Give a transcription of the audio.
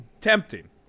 tempting